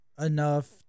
enough